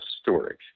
storage